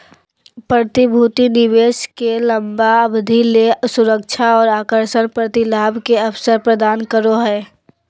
प्रतिभूति निवेश के लंबा अवधि ले सुरक्षा और आकर्षक प्रतिलाभ के अवसर प्रदान करो हइ